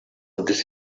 this